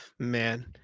Man